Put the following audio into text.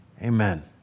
Amen